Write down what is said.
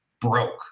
broke